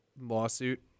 lawsuit